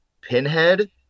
pinhead